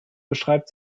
beschreibt